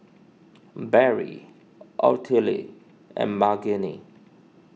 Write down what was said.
Barry Ottilie and Margene